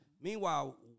Meanwhile